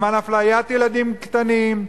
למען אפליית ילדים קטנים.